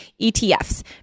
ETFs